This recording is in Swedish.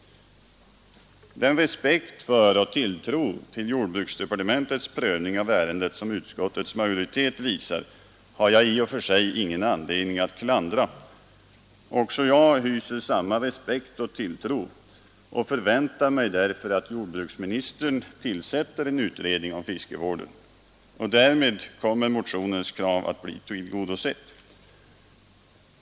Den respekt för och tilltro till jordbruksdepartementets prövning av ärendet som utskottets majoritet visar har jag i och för sig ingen anledning att klandra. Också jag hyser samma respekt och tilltro och förväntar mig därför att jordbruksministern tillsätter en utredning om fiskevården. Därmed kommer motionens krav att bli tillgodosett.